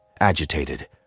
agitated